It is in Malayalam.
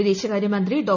വിദ്ദേശക്ാര്യമന്ത്രി ഡോ